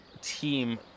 team